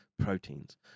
proteins